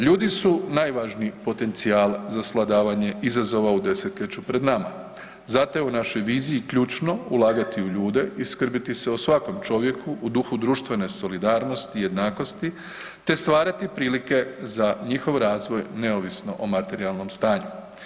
Ljudi su najvažniji potencijal za svladavanje izazova u desetljeću pred nama zato je u našoj viziji ključno ulagati u ljude i skrbiti se o svakom čovjeku u duhu društvene solidarnosti i jednakosti te stvarati prilike za njihov razvoj neovisno o materijalnom stanju.